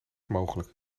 mogelijk